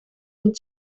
den